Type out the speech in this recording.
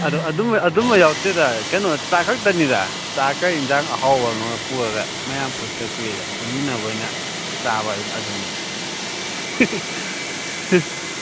ꯑꯗꯨ ꯑꯗꯨꯝꯕ ꯑꯗꯨꯝꯕ ꯌꯥꯎꯗꯦꯗ ꯀꯩꯅꯣ ꯆꯥꯛ ꯈꯛꯇꯅꯤꯗ ꯆꯥꯛꯀ ꯏꯟꯖꯥꯡ ꯑꯍꯥꯎꯕ ꯑꯃꯒ ꯄꯨꯔꯒ ꯃꯌꯥꯝ ꯄꯨꯟꯗ ꯀꯨꯏꯔꯦ ꯄꯨꯟꯃꯤꯟꯅꯕ ꯑꯣꯏꯅ ꯆꯥꯕ ꯑꯗꯨꯅꯤꯗ